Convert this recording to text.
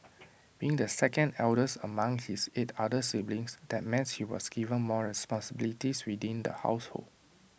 being the second eldest among his eight other siblings that meant he was given more responsibilities within the household